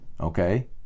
Okay